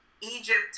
Egypt